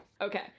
Okay